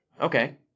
Okay